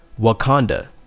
Wakanda